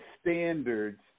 standards